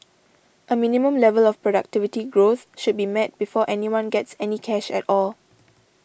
a minimum level of productivity growth should be met before anyone gets any cash at all